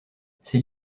c’est